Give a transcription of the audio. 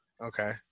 Okay